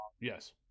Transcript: Yes